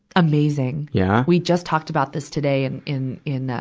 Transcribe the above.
amazing! yeah? we just talked about this today in, in, in, ah,